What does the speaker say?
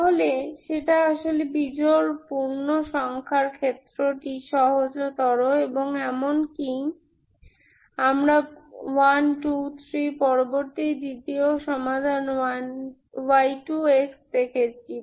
তাহলে সেটা আসলে বিজোড় পূর্ণসংখ্যার ক্ষেত্রটি সহজতর এবং এমনকি আমরা 123 পরবর্তী দ্বিতীয় সমাধান y2 দেখেছি